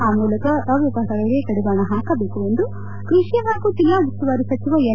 ಆ ಮೂಲಕ ಅವ್ದವಹಾರಗಳಿಗೆ ಕಡಿವಾಣ ಹಾಕಬೇಕು ಎಂದು ಕೃಷಿ ಹಾಗೂ ಜಿಲ್ಲಾ ಉಸ್ತುವಾರಿ ಸಚಿವ ಎನ್